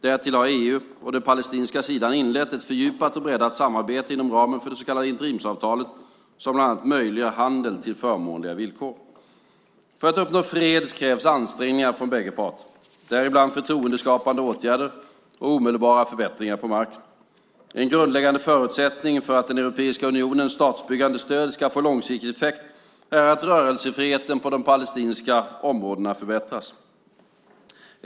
Därtill har EU och den palestinska sidan inlett ett fördjupat och breddat samarbete inom ramen för det så kallade interimsavtalet som bland annat möjliggör handel till förmånliga villkor. För att uppnå fred krävs ansträngningar från bägge parter, däribland förtroendeskapande åtgärder och omedelbara förbättringar på marken. En grundläggande förutsättning för att Europeiska unionens statsbyggande stöd ska få långsiktig effekt är att rörelsefriheten på de palestinska områdena förbättras.